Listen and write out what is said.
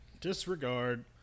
Disregard